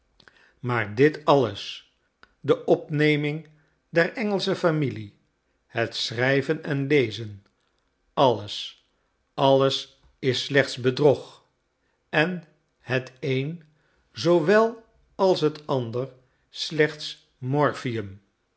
maar dit alles de opneming der engelsche familie het schrijven en lezen alles alles is slechts bedrog en het een zoowel als het ander slechts morphium